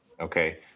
okay